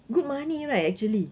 good money right actually